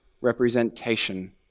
representation